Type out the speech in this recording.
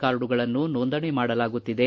ಕಾರ್ಡುಗಳನ್ನು ನೊಂದಣಿ ಮಾಡಲಾಗುತ್ತಿದೆ